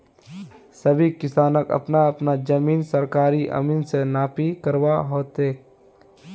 सभी किसानक अपना अपना जमीन सरकारी अमीन स नापी करवा ह तेक